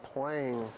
playing